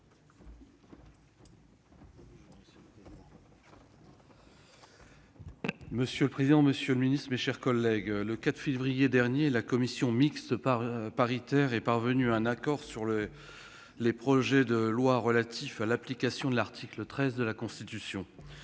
Monsieur le président, monsieur le secrétaire d'État, mes chers collègues, le 4 février dernier, la commission mixte paritaire est parvenue à un accord sur les projets de loi relatifs à l'application de l'article 13 de la Constitution.